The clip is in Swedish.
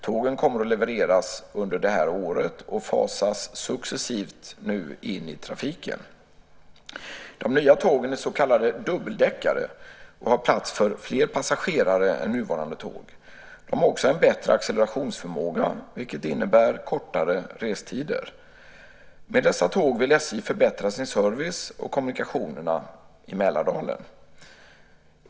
Tågen kommer att levereras under det här året och fasas nu successivt in i trafiken. De nya tågen är så kallade dubbeldäckare och har plats för fler passagerare än nuvarande tåg. De har också en bättre accelerationsförmåga, vilket innebär kortare restider. Med dessa tåg vill SJ förbättra sin service och kommunikationerna i Mälardalen.